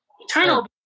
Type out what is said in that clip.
eternal